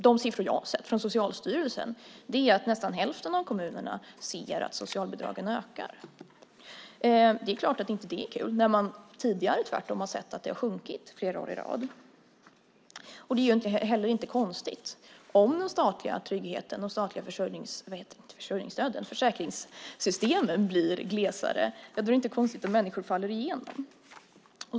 De siffror jag har sett från Socialstyrelsen är att nästan hälften av kommunerna ser att socialbidragen ökar. Det är klart att inte det är kul när man tidigare tvärtom har sett att det har sjunkit flera år i rad. Det är heller inte konstigt. Om de statliga försäkringssystem blir glesare är det inte konstigt om människor faller igenom.